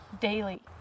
daily